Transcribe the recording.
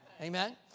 Amen